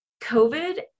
COVID